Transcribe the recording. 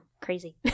crazy